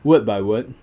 word by word